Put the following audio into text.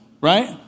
right